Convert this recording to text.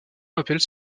rappelle